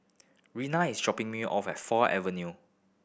Raina is dropping me off at Four Avenue